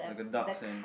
like a dark sand